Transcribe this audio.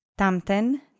Tamten